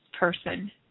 Person